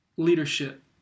leadership